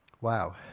wow